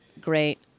great